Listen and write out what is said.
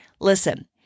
listen